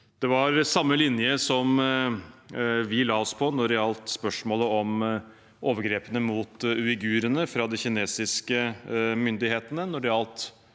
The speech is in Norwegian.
Det var samme linje vi la oss på da det gjaldt spørsmålet om overgrepene mot uigurene fra de kinesiske myndighetene,